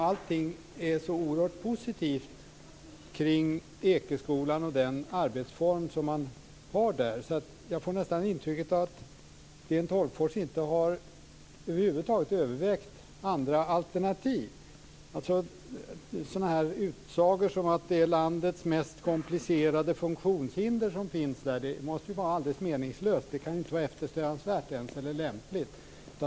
Allting är så oerhört positivt kring Ekeskolan och den arbetsform som man har där. Jag får nästan det intrycket att Sten Tolgfors över huvud taget inte har övervägt andra alternativ. Sådana utsagor som att det är landets mest komplicerade funktionshinder som finns där måste ju vara alldeles meningslösa. Det kan inte ens vara eftersträvansvärt eller lämpligt.